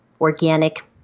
organic